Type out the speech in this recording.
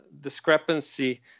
discrepancy